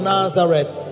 Nazareth